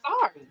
sorry